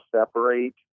separate